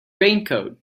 raincoat